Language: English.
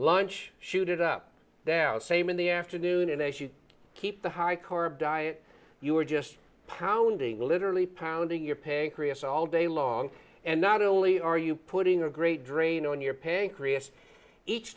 lunch shoot it up that same in the afternoon and as you keep the high carb diet you are just pounding literally pounding your paying creates all day long and not only are you putting a great drain on your pancreas each